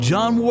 John